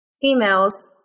females